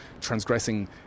transgressing